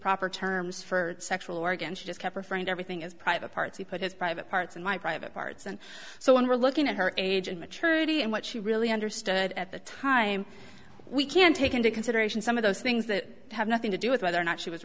proper terms for sexual organs she just kept referring to everything as private parts he put his private parts in my private parts and so when we're looking at her age and maturity and what she really understood at the time we can take into consideration some of those things that have nothing to do with whether or not she was